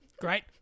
Great